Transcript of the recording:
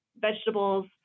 vegetables